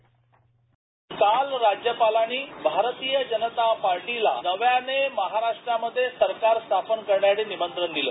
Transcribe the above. bite काल राज्यपालांनी भारतीय जनता पार्टीला नव्याने महाराष्ट्रामध्ये सरकार स्थापन करण्याचं निमंत्रण दिलं